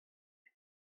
ket